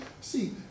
see